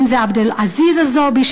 ואם זה עבד אל-עזיז א-זועבי,